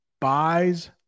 buys